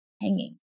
Hanging